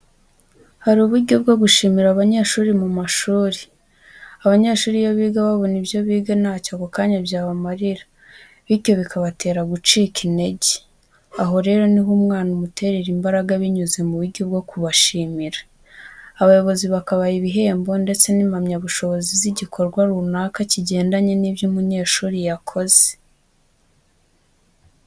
Hari uburyo bwo gushimira abanyeshyuri mu mashuri, abanyeshuri iyo biga babona ibyo biga ntacyo ako kanya byabamarira, bityo bikabatera gucika intege. Aho rero ni ho umwana umuterera imbaraga binyuze mu buryo bwo kubashimira. Abayobozi bakabaha ibihembo ndetse n’impamyabushobozi bw’igikorwa runaka kigendanye n'ibyo umunyeshyuri yakoze.